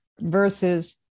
versus